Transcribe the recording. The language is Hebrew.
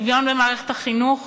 שוויון במערכת החינוך,